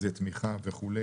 תמיכה וכו'.